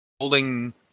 holding